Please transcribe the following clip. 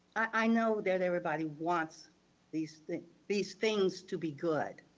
i know that everybody wants these things, these things to be good,